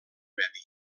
medi